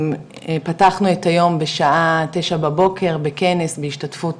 פתחנו את היום בשעה 9 בבוקר בכנס בהשתתפות